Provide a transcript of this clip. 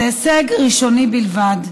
זה הישג ראשוני בלבד.